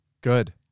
Good